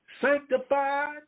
sanctified